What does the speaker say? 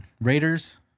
Raiders